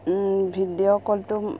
video কলটো